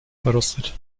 verrostet